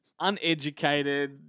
uneducated